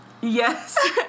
Yes